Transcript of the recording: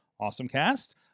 awesomecast